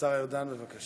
השר ארדן, בבקשה.